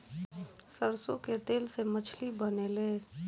सरसों के तेल से मछली बनेले